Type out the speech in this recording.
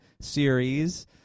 series